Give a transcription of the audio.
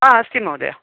हा अस्ति महोदय